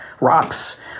rocks